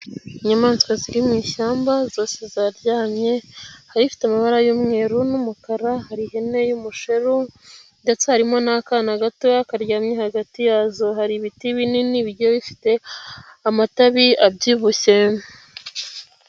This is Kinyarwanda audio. Inyamaswa ziri mu ishyamba zose zaryamye, hari ifite amabara y'umweru n'umukara, hari ihene y'umusheru ndetse harimo n'akana gato karyamye hagati yazo, hari ibiti binini bifite amababi abyibushye.